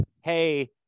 hey